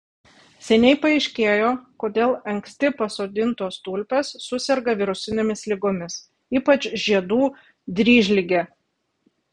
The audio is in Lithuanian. seniai paaiškėjo kodėl anksti pasodintos tulpės suserga virusinėmis ligomis ypač žiedų dryžlige